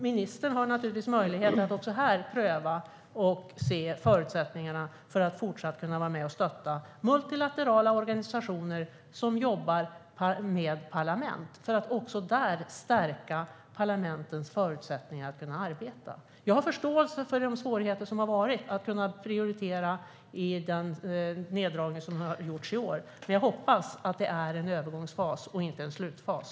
Ministern har naturligtvis möjlighet att också här pröva och se förutsättningarna för att fortsättningsvis kunna vara med och stötta multilaterala organisationer som jobbar med parlament för att också där stärka parlamentens förutsättningar att arbeta. Jag har förståelse för de svårigheter som har funnits när det gäller att kunna prioritera i och med den neddragning som har gjorts i år. Men jag hoppas att det är en övergångsfas och inte en slutfas.